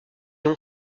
ont